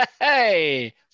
Hey